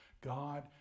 God